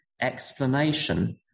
explanation